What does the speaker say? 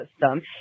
system